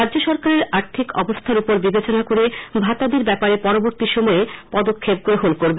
রাজ্য সরকারের আর্থিক অবস্থার উপর বিবেচনা করে ভাতাদির ব্যাপারে পরবর্তী সময়ে পদক্ষেপ গ্রহণ করবে